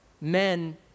men